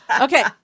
Okay